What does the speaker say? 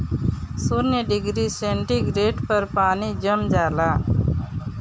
शून्य degree centigrade पर पानी जम जाला